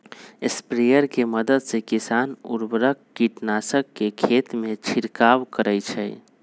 sprayer के मदद से किसान उर्वरक, कीटनाशक के खेतमें छिड़काव करई छई